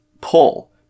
pull